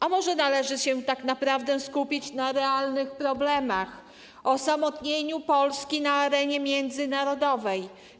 A może należy się tak naprawdę skupić na realnych problemach i osamotnieniu Polski na arenie międzynarodowej?